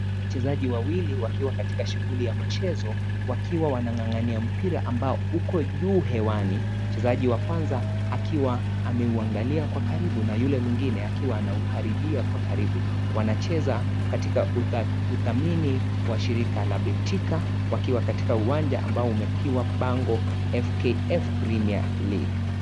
Wachezaji wawili wakiwa katika shughuli ya mchezo, wakiwa wanang'ang'ania mpira ambao uko juu hewani. Mchezaji wa kwanza akiwa ameuangalia kwa karibu na yule mwingine akiwa anaukaribia kwa karibu. Wanacheza katika utamini wa shirika la Betika, wakiwa katika uwanja ambao umepigwa bango FKF Primier League .